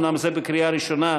אומנם זה בקריאה ראשונה,